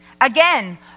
again